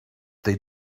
they